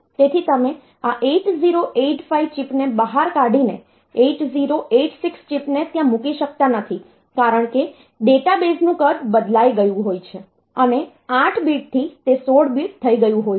તેથી તમે આ 8085 ચિપને બહાર કાઢીને 8086 ચિપને ત્યાં મૂકી શકતા નથી કારણ કે ડેટાબેઝનું કદ બદલાઈ ગયું હોય છે અને 8 બીટથી તે 16 બીટ થઈ ગયું હોય છે